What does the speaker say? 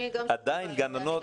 אני גם שותפה לעניין.